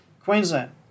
Queensland